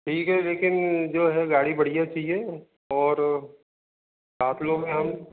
ठीक है लेकिन जो है गाड़ी बढ़िया चाहिए और सात लोग हैं हम